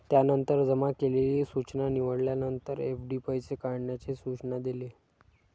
त्यानंतर जमा केलेली सूचना निवडल्यानंतर, एफ.डी पैसे काढण्याचे सूचना दिले